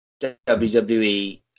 WWE